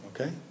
okay